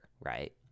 right